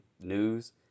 news